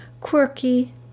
quirky